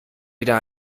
wieder